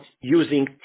using